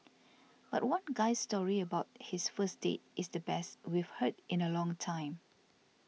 but one guy's story about his first date is the best we've heard in a long time